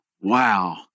Wow